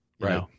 Right